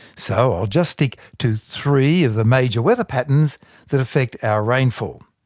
so i'll just stick to three of the major weather patterns that affect our rainfall.